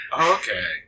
Okay